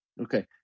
okay